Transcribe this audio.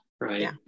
right